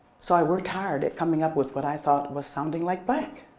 so i worked hard at coming up with what i thought was sounding like black.